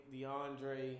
DeAndre